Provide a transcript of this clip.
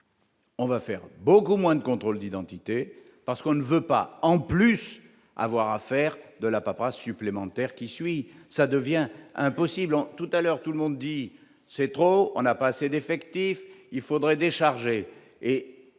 On va faire beaucoup moins de contrôles d'identité parce qu'on ne veut pas en plus avoir à faire de la paperasse supplémentaire qui suit ça devient impossible en tout à l'heure, tout le monde dit c'est trop, on n'a pas assez d'effectifs, il faudrait décharger